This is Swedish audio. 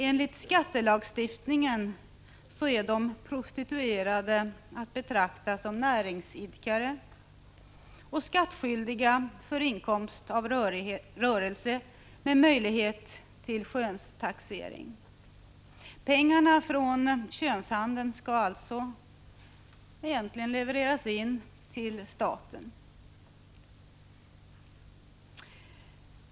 Enligt skattelagstiftningen är de prostituerade att betrakta som näringsidkare och skattskyldiga för inkomst av rörelse, och möjlighet finns att skönstaxera dem. Pengar från könshandeln skall alltså egentligen levereras in till staten.